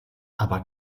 aber